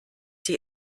die